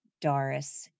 Doris